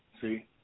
See